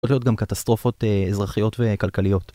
הולכות להיות גם קטסטרופות אזרחיות וכלכליות.